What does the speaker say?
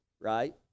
right